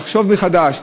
לחשוב מחדש.